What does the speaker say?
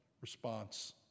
response